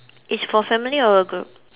is for family or a group